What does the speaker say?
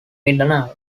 mindanao